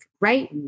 Right